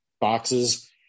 boxes